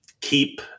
keep